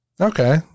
Okay